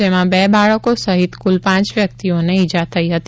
જેમાં બે બાળકો સહિત કુલ પાંચ વ્યકિતઓને ઇજા થઇ હતી